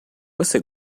você